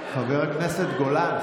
חבר הכנסת גולן,